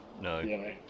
no